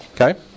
okay